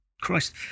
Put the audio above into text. Christ